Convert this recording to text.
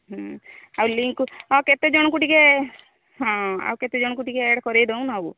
ହୁଁ ଆଉ ଲିଙ୍କ୍କୁ ଆଉ କେତେଜଣଙ୍କୁ ଟିକେ ହଁ ଆଉ କେତେଜଣଙ୍କୁ ଟିକେ ଆଡ଼୍ କରେଇ ଦେଉନ